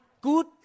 good